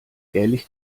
ehrlich